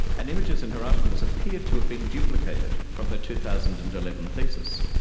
and images in her articles appeared to have been duplicated from her two thousand and eleven thesis,